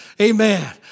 Amen